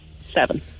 Seven